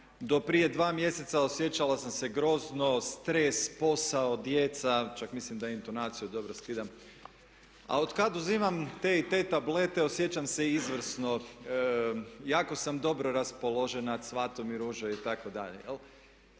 do prije dva mjeseca osjećala sam se grozno, stres, posao, djeca čak mislim da intonaciju dobro skidam a otkad uzimam te i te tablete osjećam se izvrsno. Jako sam dobro raspoložena, cvatu mi ruže itd.